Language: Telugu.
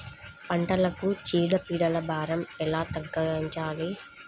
పంటలకు చీడ పీడల భారం ఎలా తగ్గించాలి?